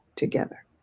together